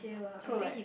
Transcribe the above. so like